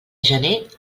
gener